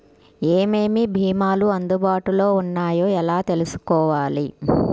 ఏమేమి భీమాలు అందుబాటులో వున్నాయో ఎలా తెలుసుకోవాలి?